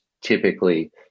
typically